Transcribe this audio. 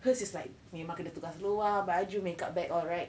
hers is like memang kena tukar seluar baju makeup bag alright